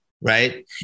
Right